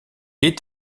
est